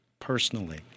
personally